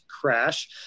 crash